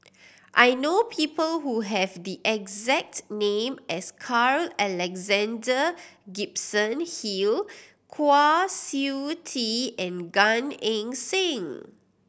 I know people who have the exact name as Carl Alexander Gibson Hill Kwa Siew Tee and Gan Eng Seng